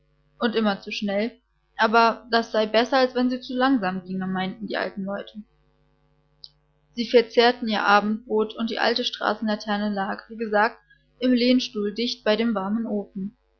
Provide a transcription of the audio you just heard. und immer zu schnell aber das sei besser als wenn sie zu langsam ginge meinten die alten leute sie verzehrten ihr abendbrot und die alte straßenlaterne lag wie gesagt im lehnstuhl dicht bei dem warmen ofen